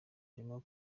jomo